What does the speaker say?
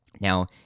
Now